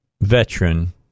veteran